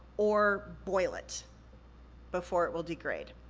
or boil it before it will degrade.